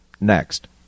next